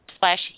slash